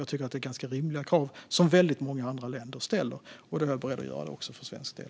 Jag tycker att det är ganska rimliga krav som väldigt många andra länder ställer. Då är jag beredd att göra det också för svensk del.